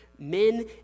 Men